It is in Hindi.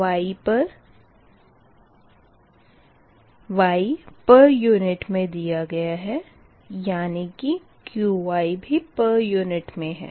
Y पर यूनिट मे दिया गया है यानी कि Qi भी पर यूनिट मे है